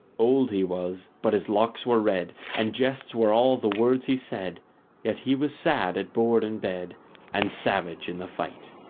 old he was, but his locks were red, and jests were all the words he said yet he was sad at board and bed and savage in the fight.